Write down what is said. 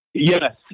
Yes